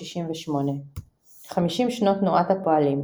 1968. חמישים שנות תנועת הפועלים,